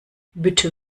bitte